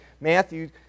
Matthew